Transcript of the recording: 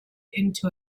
into